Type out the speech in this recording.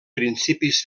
principis